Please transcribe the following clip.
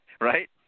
right